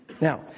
Now